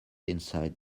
inside